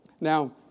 Now